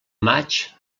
maig